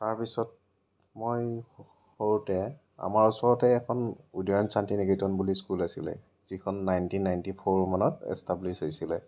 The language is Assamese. তাৰপিছত মই সৰুতে আমাৰ ওচৰতে এখন উদয়ন শান্তি নিকেতন বুলি স্কুল আছিলে যিখন নাইনটীন নাইনটী ফ'ৰ মানত এষ্টাব্লিচ হৈছিলে